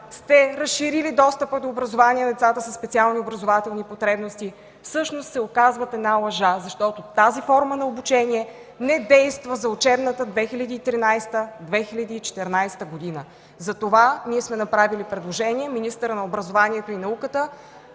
сте разширили достъпа до образование на децата със специални образователни потребности всъщност се оказват една лъжа, защото тази форма на обучение не действа за учебната 2013-2014 г. Затова ние сме направили предложение министърът на образованието и науката